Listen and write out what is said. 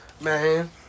man